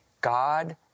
God